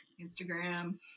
Instagram